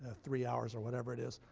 ah three hours or whatever it is,